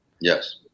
Yes